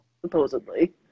Supposedly